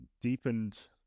deepened